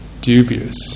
dubious